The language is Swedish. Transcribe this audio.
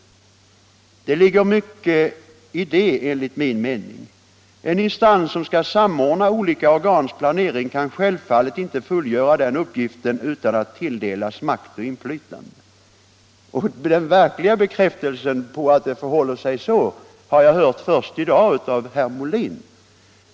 Det ligger mycket i detta, enligt min mening. En instans som skall samordna olika organs planering skall självfallet inte fullgöra den uppgiften utan att tilldelas makt och inflytande. Den verkliga bekräftelsen på att det förhåller sig så har jag hört först i dag av herr Molin.